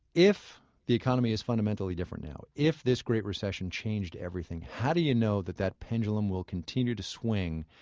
if the economy is fundamentally different now, if this great recession changed everything, how do you know that that pendulum will continue to swing,